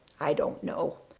i don't know.